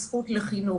הזכות לחינוך.